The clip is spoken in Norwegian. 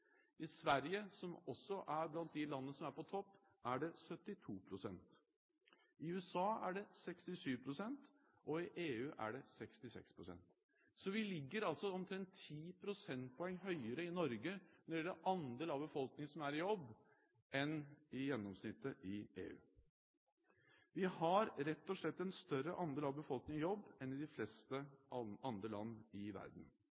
I Sverige, som også er blant de landene som er på topp, er det 72 pst. I USA er det 67 pst., og i EU er det 66 pst. Så vi ligger altså omtrent 10 prosentpoeng høyere i Norge når det gjelder andel av befolkningen som er i jobb, enn gjennomsnittet i EU. Vi har rett og slett en større andel av befolkningen i jobb enn de fleste andre land i verden.